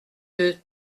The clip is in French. deux